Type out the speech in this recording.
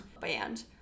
band